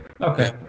Okay